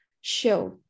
show